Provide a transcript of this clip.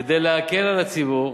כדי להקל על הציבור,